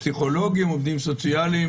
מחסור בפסיכולוגים, בעובדים סוציאליים.